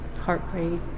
heartbreak